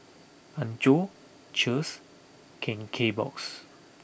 Anchor Cheers Ken Kbox